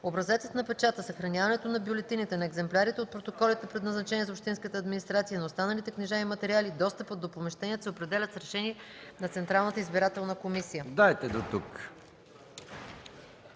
Образецът на печата, съхраняването на бюлетините, на екземплярите от протоколите, предназначени за общинската администрация, и на останалите книжа и материали, и достъпът до помещенията се определят с решение на Централната избирателна комисия.”